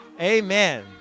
Amen